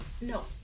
No